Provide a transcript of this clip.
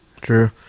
True